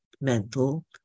mental